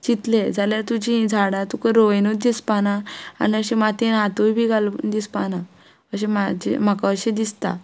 चितले जाल्यार तुजी झाडां तुका रोवयनूच दिसपाना आनी अशें मातीन हातूय बी घालपाक दिसपाना अशे म्हजे म्हाका अशें दिसता